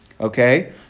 Okay